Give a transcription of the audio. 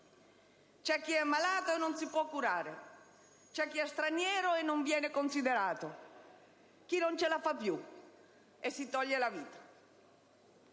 C'è chi è malato e non si può curare, c'è chi è straniero e non viene considerato, chi non ce la fa più e si toglie la vita.